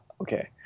okay